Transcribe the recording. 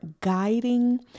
guiding